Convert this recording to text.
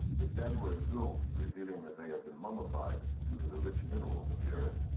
the dead were exhumed, revealing that they had been mummified due to the rich minerals in the earth.